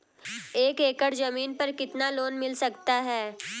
एक एकड़ जमीन पर कितना लोन मिल सकता है?